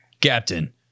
captain